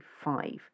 five